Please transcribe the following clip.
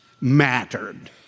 mattered